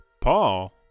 Paul